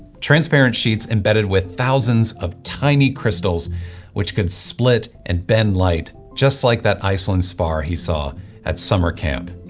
transparent sheets embedded with thousands of tiny crystals which could split and bend light just like that iceland spar he saw at summer camp.